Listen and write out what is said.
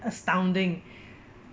astounding